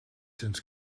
cents